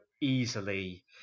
easily